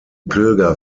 pilger